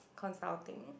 consulting